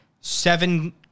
seven